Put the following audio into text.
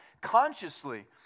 consciously